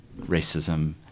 racism